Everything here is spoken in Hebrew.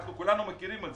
אנחנו כולנו מכירים את זה.